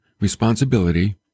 responsibility